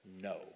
no